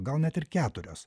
gal net ir keturios